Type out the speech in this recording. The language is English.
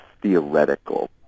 theoretical